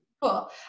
Cool